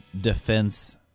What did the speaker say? defense